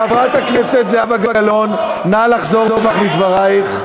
חברת הכנסת זהבה גלאון, נא לחזור בך מדברייך.